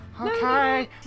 Okay